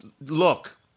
look